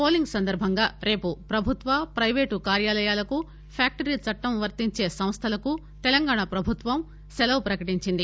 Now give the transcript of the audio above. polling సందర్బంగా రేపు ప్రభుత్వ ప్రైవేటు కార్యాలయాలకు ఫ్యాక్టరీ చట్లం వర్తించే సంస్థలకు తెలంగాణ ప్రభుత్వం సెలవు ప్రకటించింది